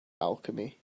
alchemy